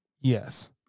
Yes